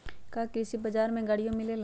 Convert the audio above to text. का कृषि बजार में गड़ियो मिलेला?